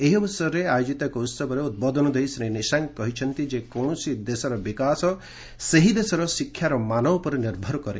ଏହି ଅବସରରେ ଆୟୋଜିତ ଏକ ଉସବରେ ଉଦ୍ବୋଧନ ଦେଇ ଶ୍ରୀ ନିଶାଙ୍କ କହିଛନ୍ତି ଯେ କୌଣସି ଦେଶର ବିକାଶ ସେହି ଦେଶର ଶିକ୍ଷାର ମାନ୍ୟତା ଉପରେ ନିର୍ଭର କରେ